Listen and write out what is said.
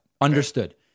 Understood